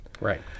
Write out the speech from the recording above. Right